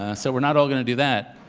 ah so, we're not all gonna do that,